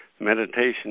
Meditation